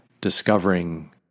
discovering